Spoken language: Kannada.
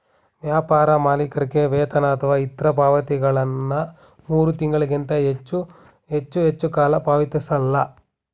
ವ್ಯಾಪಾರ ಮಾಲೀಕರಿಗೆ ವೇತನ ಅಥವಾ ಇತ್ರ ಪಾವತಿಗಳನ್ನ ಮೂರು ತಿಂಗಳಿಗಿಂತ ಹೆಚ್ಚು ಹೆಚ್ಚುಕಾಲ ಪಾವತಿಸಲ್ಲ